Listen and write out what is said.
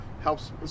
helps